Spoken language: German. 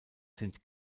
sind